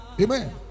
Amen